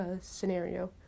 scenario